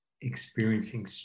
experiencing